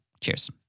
Cheers